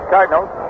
Cardinals